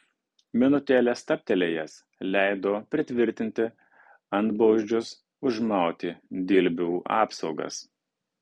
minutėlę stabtelėjęs leido pritvirtinti antblauzdžius užmauti dilbių apsaugas